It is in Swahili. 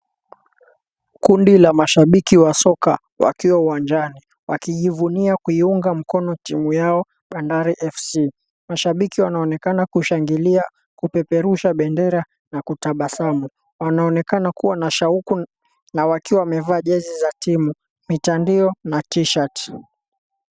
Kundi la mashabiki wa soka wakiwa uwanjani wakijivunia kuiunga mkono timu yao Bandari FC, mashabiki wanaonekana kushangilia, kupeperusha bendera na kutabasamu wanaonekana kuwa na shauku wakiwa wamevaa jezi za timu, mitandio na T-shati.